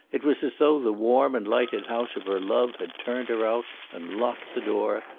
it was as though the warm and lighted house of her love had turned her out and locked the door,